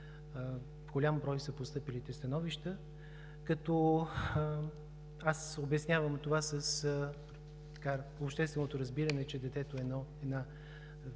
голям брой са постъпилите становища, като аз обяснявам това с общественото разбиране, че детето е една висша